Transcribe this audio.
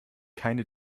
keine